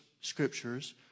scriptures